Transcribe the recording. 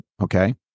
Okay